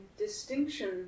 Distinction